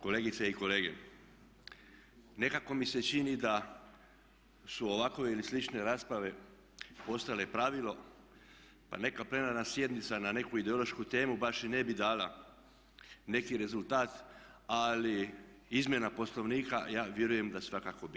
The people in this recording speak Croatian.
Kolegice i kolege, nekako mi se čini da su ovakve ili slične rasprave postale pravilo pa neka plenarna sjednica na neku ideološku temu baš i ne bi dala neki rezultat ali izmjena Poslovnika ja vjerujem da svakako bi.